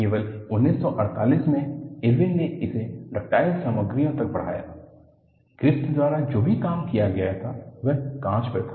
केवल 1948 में इरविन ने इसे डक्टाइल सामग्रियों तक बढ़ाया ग्रिफ़िथ द्वारा जो भी काम किया गया था वह कांच पर था